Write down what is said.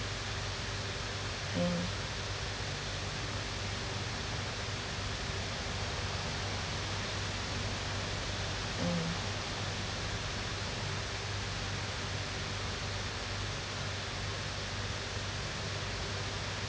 mm mm